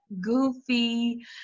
goofy